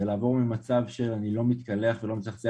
זה לעבור ממצב שאני לא מתקלח ולא מצחצח